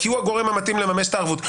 כי הוא הגורם המתאים לממש את הערבות.